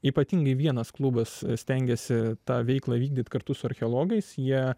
ypatingai vienas klubas stengiasi tą veiklą vykdyt kartu su archeologais jie